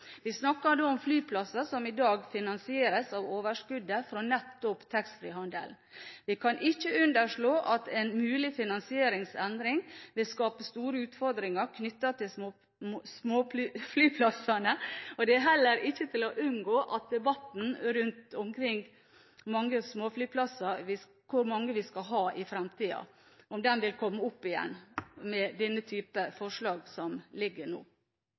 Vi snakker da om flyplasser som i dag finansieres av overskuddet fra nettopp taxfree-handelen. Vi kan ikke underslå at en mulig finansieringsendring vil skape store utfordringer knyttet til småflyplassene. Det er heller ikke til å unngå at debatten rundt hvor mange småflyplasser vi skal ha i fremtiden, vil komme opp igjen med denne typen forslag.